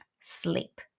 sleep